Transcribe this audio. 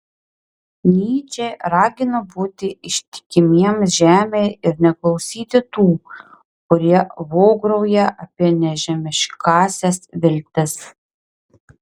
nyčė ragino būti ištikimiems žemei ir neklausyti tų kurie vograuja apie nežemiškąsias viltis